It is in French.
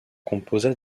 composa